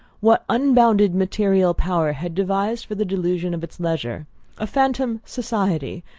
what unbounded material power had devised for the delusion of its leisure a phantom society,